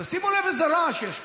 שימו לב איזה רעש יש פה.